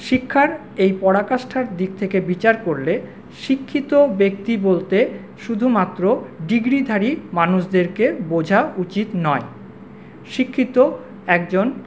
শিক্ষার এই পরাকাষ্ঠার দিক থেকে বিচার করলে শিক্ষিত ব্যক্তি বলতে শুধুমাত্র ডিগ্রিধারী মানুষদেরকে বোঝা উচিত নয় শিক্ষিত একজন